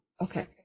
okay